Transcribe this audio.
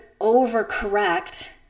overcorrect